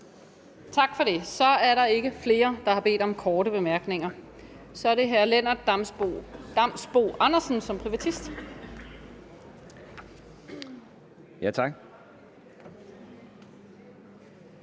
Tak for det. Så er der ikke flere, der har bedt om korte bemærkninger. Så er det hr. Lennart Damsbo-Andersen som privatist. Kl.